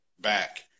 back